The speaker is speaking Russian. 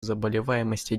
заболеваемости